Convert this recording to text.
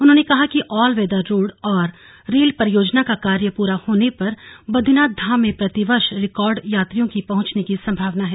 उन्होंने कहा कि ऑलवेदर रोड़ और रेल परियोजना का कार्य पूरा होने पर बद्रीनाथ धाम में प्रतिवर्ष रिकार्ड यात्रियों की पहुंचने की सम्भावना है